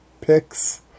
pics